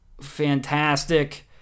fantastic